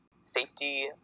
safety